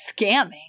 scamming